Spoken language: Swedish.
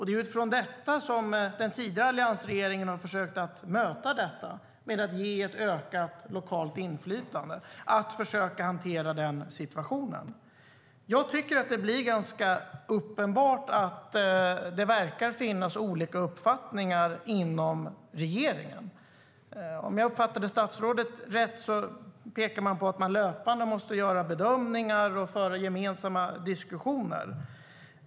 Det är utifrån detta som den tidigare alliansregeringen har försökt hantera situationen genom att ge ett ökat lokalt inflytande. Det är ganska uppenbart att det verkar finnas olika uppfattningar inom regeringen. Om jag uppfattade statsrådet rätt måste man löpande göra bedömningar och föra gemensamma diskussioner.